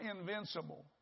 invincible